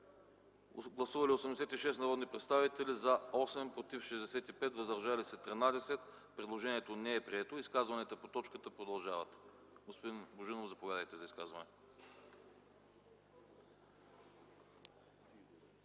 Гласували 86 народни представители: за 8, против 65, въздържали се 13. Предложението не е прието. Изказванията по точката продължават. Господин Божинов, заповядайте за изказване.